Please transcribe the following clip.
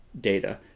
data